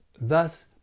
Thus